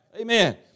Amen